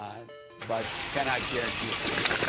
but cannot guarantee it for you.